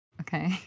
Okay